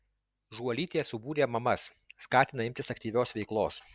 žuolytė subūrė mamas skatina imtis aktyvios veiklos